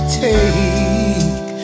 take